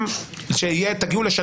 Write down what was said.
גם אם זה בבית משפט אזרחי בתקיפה עקיפה,